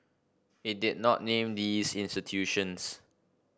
it did not name these institutions